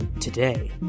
today